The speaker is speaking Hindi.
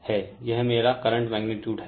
यह मेरा करंट मैगनीटुड हैं